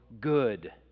good